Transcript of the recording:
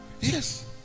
Yes